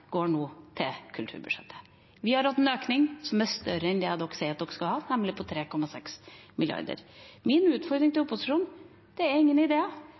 går nå til kulturbudsjettet. Vi har hatt en økning som er større enn det opposisjonen sier at de skal ha, nemlig 3,6 mrd. kr. Min utfordring til opposisjonen: Det er ingen